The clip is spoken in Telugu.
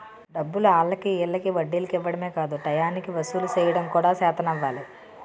డబ్బులు ఆల్లకి ఈల్లకి వడ్డీలకి ఇవ్వడమే కాదు టయానికి వసూలు సెయ్యడం కూడా సేతనవ్వాలి